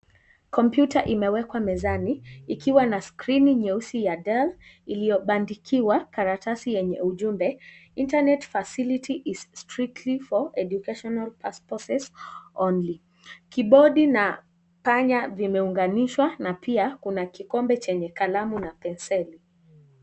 Kompyuta imewekwa mezani ikiwa na skrini nyeusi ya Dell iliyobandikiwa karatasi yenye ujumbe internet facility is strictly for educational purposes only . Kibodi na panya vimeunganishwa na pia kuna kikombe chenye kalamu na penseli.